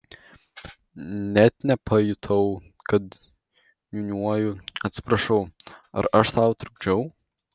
net nepajutau kad niūniuoju atsiprašau ar aš tau trukdžiau